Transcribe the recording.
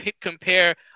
compare